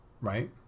right